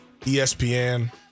ESPN